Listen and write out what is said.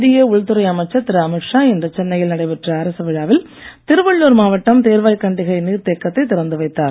மத்திய உள்துறை அமைச்சர் திரு அமித் ஷா இன்று சென்னையில் நடைபெற்ற அரசு விழாவில் திருவள்ளூர் மாவட்டம் தேர்வாய்கண்டிகை நீர்த் தேக்கத்தைத் திறந்துவைத்தார்